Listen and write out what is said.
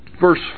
Verse